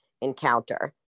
encounter